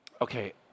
okay